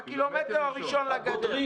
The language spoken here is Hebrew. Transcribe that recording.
מהקילומטר הראשון לגדר.